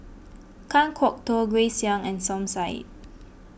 Kan Kwok Toh Grace Young and Som Said